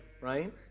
Right